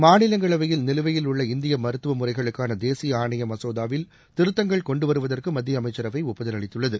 மாநிலங்களவையில் நிலுவையில் உள்ள இந்திய மருத்துவ முறைகளுக்கான தேசிய ஆணைய மசோதாவில் திருத்தங்கள் கொண்டு வருவதற்கு மத்திய அமைச்சரவை ஒப்புதல் அளித்துள்ளது